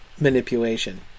manipulation